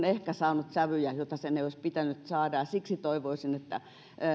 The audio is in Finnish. ehkä saaneet sävyjä joita niiden ei olisi pitänyt saada siksi toivoisin että